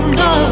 no